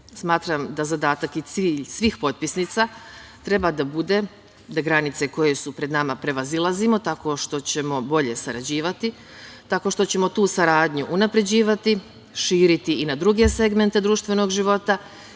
Smatram da zadatak i cilj svih potpisnica treba da bude da granice koje su pred nama prevazilazimo tako što ćemo bolje sarađivati, tako što ćemo tu saradnju unapređivati, širiti i na druge segmente društvenog života i negovati tradicionalno